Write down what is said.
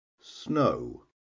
snow